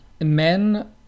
men